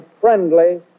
friendly